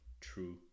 true